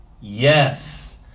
Yes